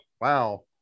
wow